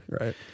Right